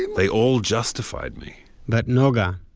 they all justified me but noga,